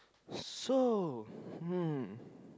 so hmm